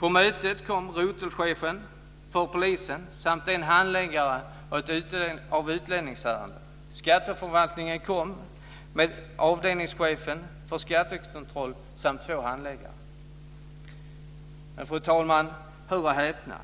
Till mötet kom rotelchefen för polisen samt en handläggare av utlänningsärenden. Skatteförvaltningen kom med avdelningschefen för skattekontroll samt två handläggare. Men, fru talman, hör och häpna!